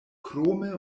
krome